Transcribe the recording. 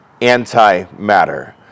antimatter